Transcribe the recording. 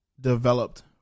developed